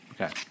Okay